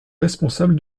responsable